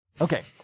Okay